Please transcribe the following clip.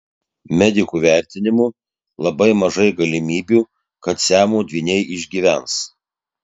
medikų vertinimu labai mažai galimybių kad siamo dvyniai išgyvens